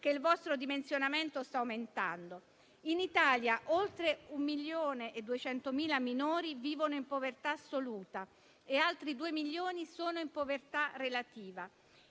che il vostro dimensionamento sta aumentando. In Italia, oltre 1,2 milioni di minori vivono in povertà assoluta e altri 2 milioni sono in povertà relativa.